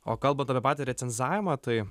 o kalbant apie patį recenzavimą tai